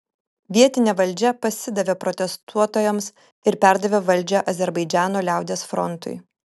vietinė valdžia pasidavė protestuotojams ir perdavė valdžią azerbaidžano liaudies frontui